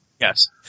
Yes